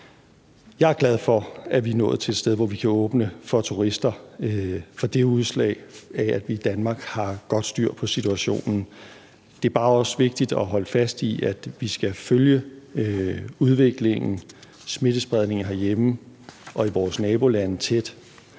Jeg er glad for, at vi er nået til et sted, hvor vi kan åbne for turister, for det er et udslag af, at vi i Danmark har godt styr på situationen. Det er også bare vigtigt at holde fast i, at vi skal følge udviklingen i smittespredningen herhjemme og i vores nabolande tæt,